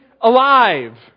alive